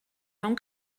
mewn